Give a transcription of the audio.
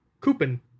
Coupon